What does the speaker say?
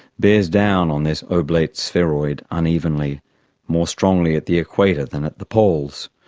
bears down on this oblate spheroid unevenly more strongly at the equator than at the poles.